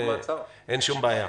אין שום בעיה.